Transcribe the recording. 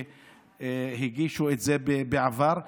שהגישו את זה בעבר,